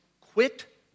Quit